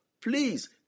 Please